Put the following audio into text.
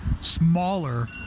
smaller